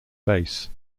base